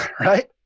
right